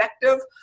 effective